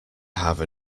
have